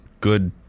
good